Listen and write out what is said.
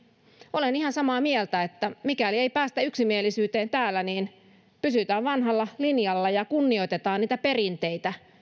olen ihan samaa mieltä että mikäli ei päästä yksimielisyyteen täällä niin pysytään vanhalla linjalla ja kunnioitetaan niitä perinteitä